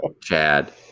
Chad